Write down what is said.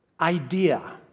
idea